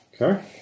Okay